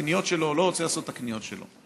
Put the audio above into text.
הקניות שלו או לא רוצה לעשות את הקניות שלו.